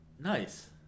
nice